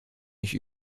nicht